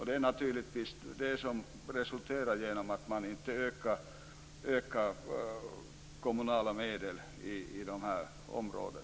Det är naturligtvis resultatet om man inte ökar de kommunala medlen på dessa områden.